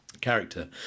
character